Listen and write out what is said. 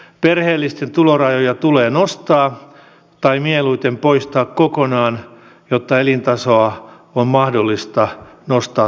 perheellisten tulorajoja tulee nostaa tai mieluiten poistaa kokonaan jotta elintasoa on mahdollista nostaa työnteolla